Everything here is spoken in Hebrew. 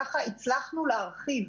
ככה הצלחנו להרחיב